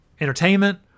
Entertainment